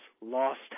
Lost